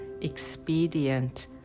expedient